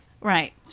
Right